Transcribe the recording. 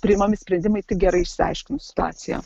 priimami sprendimai tik gerai išsiaiškinus situaciją